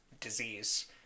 disease